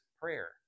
Prayer